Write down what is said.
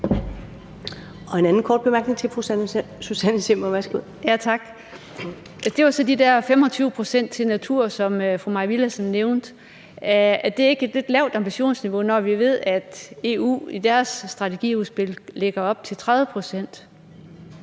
Det var så de der 25 pct. til natur, som fru Mai Villadsen nævnte. Er det ikke et lidt lavt ambitionsniveau, når vi ved, at EU i sit strategiudspil lægger op til 30 pct.?